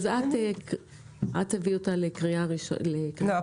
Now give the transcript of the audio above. אז את תביאי אותה לקריאה שנייה ושלישית --- לא,